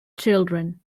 children